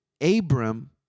Abram